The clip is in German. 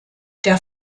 der